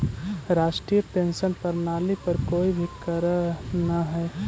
राष्ट्रीय पेंशन प्रणाली पर कोई भी करऽ न हई